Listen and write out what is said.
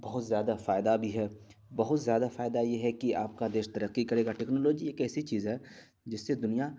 بہت زیادہ فائدہ بھی ہے بہت زیادہ فائدہ یہ ہے کہ آپ کا دیش ترکی کرے گا ٹکنالوجی ایک ایسی چیز ہے جس سے دنیا